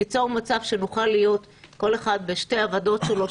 ליצור מצב שנוכל להיות כל אחד בשתי הוועדות שלו,